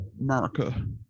America